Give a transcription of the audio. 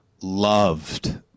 loved